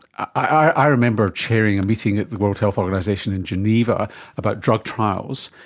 i remember chairing a meeting at the world health organisation in geneva about drug trials,